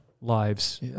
lives